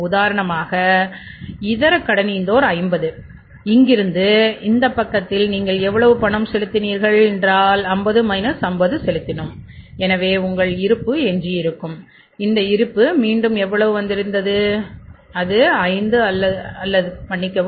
உதாரணமாக இதர கடனீந்தோர் 50 இங்கிருந்து இந்த பக்கத்தில் நீங்கள் எவ்வளவு பணம் செலுத்தினீர்கள் என்றால் 50 50 செலுத்தினோம் எனவே உங்கள் இருப்பு எஞ்சியிருக்கும் அந்த இருப்பு மீண்டும் எவ்வளவு வருந்துகிறது அது 5 அல்ல 15 மன்னிக்கவும்